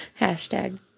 hashtag